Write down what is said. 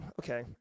Okay